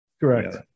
correct